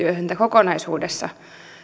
työtöntä kokonaisuudessaan